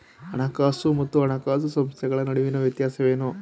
ಹಣಕಾಸು ಮತ್ತು ಹಣಕಾಸು ಸಂಸ್ಥೆಗಳ ನಡುವಿನ ವ್ಯತ್ಯಾಸವೇನು?